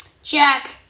Jack